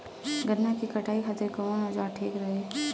गन्ना के कटाई खातिर कवन औजार ठीक रही?